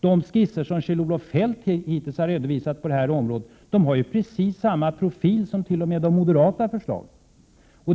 De skisser som Kjell-Olof Feldt hittills har redovisat på detta område har precis samma profil som de moderata förslagen.